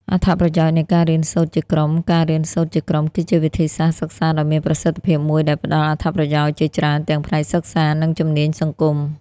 អត្ថប្រយោជន៍នៃការរៀនសូត្រជាក្រុមការរៀនសូត្រជាក្រុមគឺជាវិធីសាស្ត្រសិក្សាដ៏មានប្រសិទ្ធភាពមួយដែលផ្តល់អត្ថប្រយោជន៍ជាច្រើនទាំងផ្នែកសិក្សា និងជំនាញសង្គម។